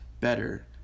better